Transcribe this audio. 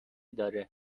داره